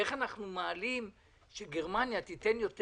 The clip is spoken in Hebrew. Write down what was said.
איך אנחנו גורמים לכך שגרמניה תיתן יותר